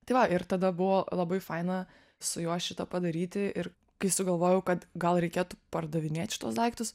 tai va ir tada buvo labai faina su juo šitą padaryti ir kai sugalvojau kad gal reikėtų pardavinėt šituos daiktus